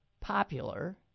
popular